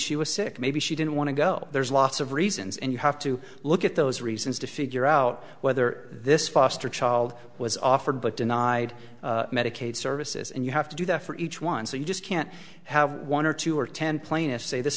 she was sick maybe she didn't want to go there's lots of reasons and you have to look at those reasons to figure out whether this foster child was offered but denied medicaid services and you have to do that for each one so you just can't have one or two or ten plaintiffs say this